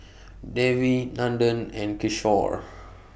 Devi Nandan and Kishore